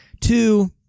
Two